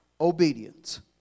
obedience